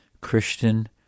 Christian